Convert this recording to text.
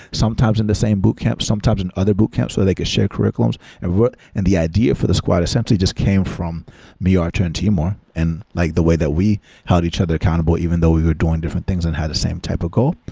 sometimes in the same boot camp, sometimes in other boot camps so they could share curriculums. and and the idea for the squad essentially just came from me, artur and timur and like the way we held each other accountable even though we were doing different things and have the same type of goal.